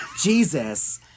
Jesus